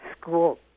school